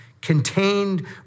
contained